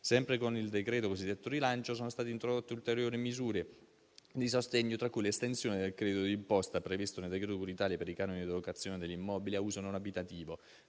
Sempre con il decreto cosiddetto rilancio, sono state introdotte ulteriori misure di sostegno, tra cui l'estensione del credito d'imposta previsto nel decreto cura Italia per i canoni di locazione dell'immobile ad uso non abitativo.